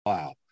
Wow